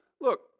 look